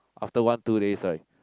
after one two days right